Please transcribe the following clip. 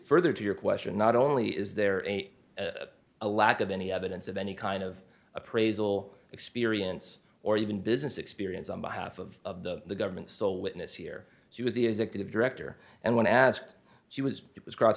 further to your question not only is there a lack of any evidence of any kind of appraisal experience or even business experience on behalf of the government's sole witness here she was the executive director and when i asked she was it was cross